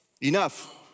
enough